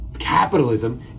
capitalism